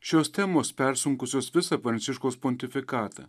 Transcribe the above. šios temos persunkusios visą pranciškaus pontifikatą